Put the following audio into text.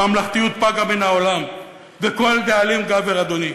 הממלכתיות פגה מן העולם וכל דאלים גבר, אדוני.